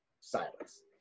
silence